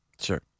Sure